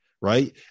right